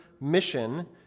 mission